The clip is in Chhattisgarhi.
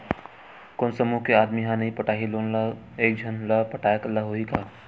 कोन समूह के आदमी हा नई पटाही लोन ला का एक झन ला पटाय ला होही का?